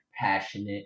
passionate